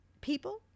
people